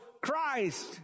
Christ